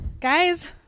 Guys